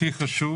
הכי חשוב